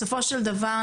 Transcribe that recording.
בסופו של דבר,